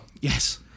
Yes